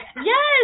yes